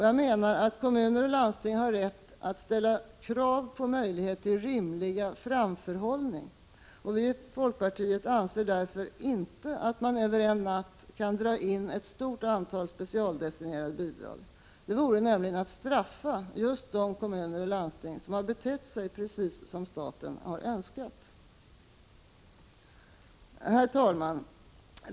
Jag menar att kommuner och landsting har rätt att ställa krav på möjlighet till rimlig framförhållning, och vi i folkpartiet anser därför inte att man över en natt kan dra in ett stort antal specialdestinerade bidrag. Det vore nämligen att straffa just de kommuner och landsting som betett sig precis som staten önskat. Herr talman!